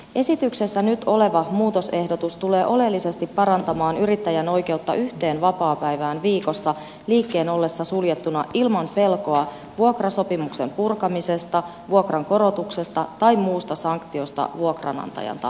esityksessä nyt oleva muutosehdotus tulee oleellisesti parantamaan yrittäjän oikeutta yhteen vapaapäivään viikossa liikkeen ollessa suljettuna ilman pelkoa vuokrasopimuksen purkamisesta vuokrankorotuksesta tai muusta sanktiosta vuokranantajan taholta